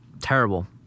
Terrible